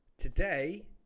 Today